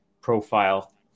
profile